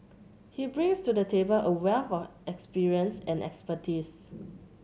he brings to the table a wealth of experience and expertise